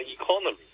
economy